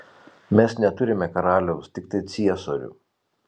mes neturime karaliaus tiktai ciesorių